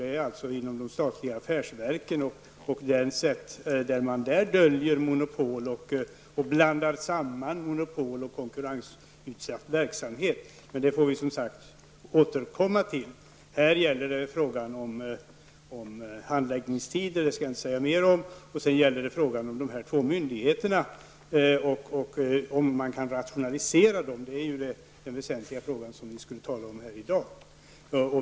Det är alltså inom de statliga affärsverken som man döljer monopol och blandar samman monopol och konkurrensutsatt verksamhet. Men det får vi som sagt återkomma till. Här gäller det frågan om handläggningstider, vilken jag inte skall säga något mer om, och frågan om dessa två myndigheter och om man kan rationalisera dem. Det är den väsentliga frågan som vi skulle tala om här i dag.